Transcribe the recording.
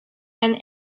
and